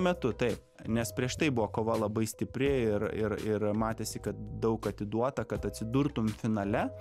metu taip nes prieš tai buvo kova labai stipri ir ir ir matėsi kad daug atiduota kad atsidurtum finale